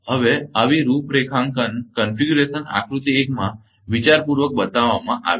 હવે આવી રૂપરેખાંકન આકૃતિ 1 માં વિચારર્પૂર્વક બતાવવામાં આવી છે